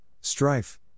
Strife